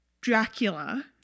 Dracula